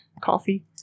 coffee